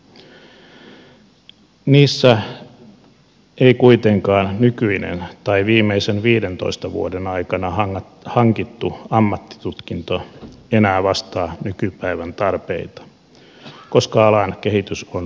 niissä ei kuitenkaan nykyinen tai viimeisten viidentoista vuoden aikana hankittu ammattitutkinto enää vastaa nykypäivän tarpeita koska alan kehitys on niin nopeaa